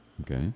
Okay